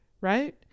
Right